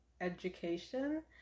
education